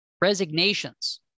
resignations